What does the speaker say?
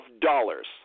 dollars